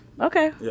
Okay